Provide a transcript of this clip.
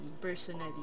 personally